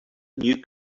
new